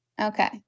Okay